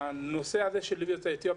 הנושא של ליווי יוצאי אתיופיה,